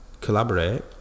collaborate